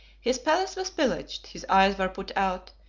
his palace was pillaged, his eyes were put out,